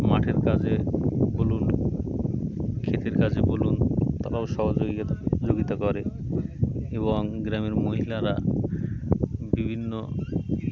মাঠের কাজে বলুন ক্ষেতের কাজে বলুন তারাও সহযোগিতা টহযোগিতা করে এবং গ্রামের মহিলারা বিভিন্ন